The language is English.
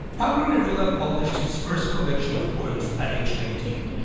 pablo neruda published his first collection of poems at age nineteen.